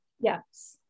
Yes